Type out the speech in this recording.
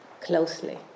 closely